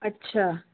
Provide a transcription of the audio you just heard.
अच्छा